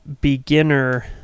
beginner